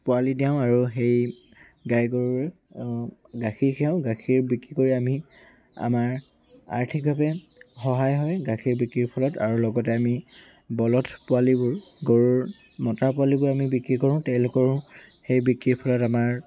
পোৱালি দিয়াওঁ আৰু সেই গাই গৰুৰে গাখীৰ খিৰাওঁ গাখীৰ বিক্ৰী কৰি আমি আমাৰ আৰ্থিকভাৱে সহায় হয় গাখীৰ বিক্ৰীৰ ফলত আৰু লগতে আমি বলধ পোৱালিবোৰ গৰুৰ মতাৰ পোৱালিবোৰ আমি বিক্ৰী কৰোঁ তেওঁলোকৰো সেই বিক্ৰীৰ ফলত আমাৰ